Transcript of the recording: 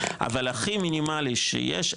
אבל הכי מינימלי שיש,